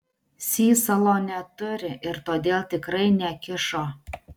sysalo neturi ir todėl tikrai nekišo